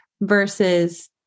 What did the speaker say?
versus